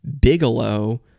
Bigelow